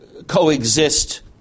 coexist